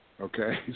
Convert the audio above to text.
okay